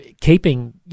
keeping